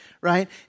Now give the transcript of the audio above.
right